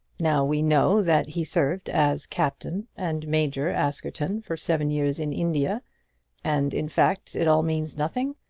now we know that he served as captain and major askerton for seven years in india and in fact it all means nothing.